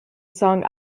song